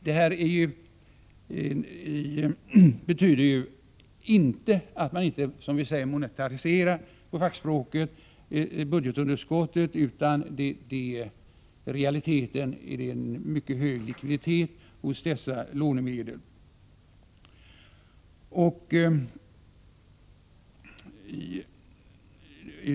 Det betyder inte att man inte monetariserar, som vi säger på fackspråket, budgetunderskottet, men i realiteten är det en mycket hög likviditet hos dessa lånemedel. Herr talman!